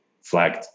flagged